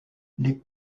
les